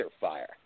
fire